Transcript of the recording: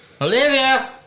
Olivia